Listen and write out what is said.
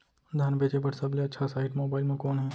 धान बेचे बर सबले अच्छा साइट मोबाइल म कोन हे?